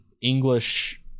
English